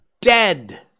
dead